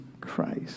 Christ